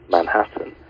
Manhattan